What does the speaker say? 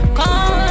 call